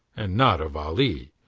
and not of ali,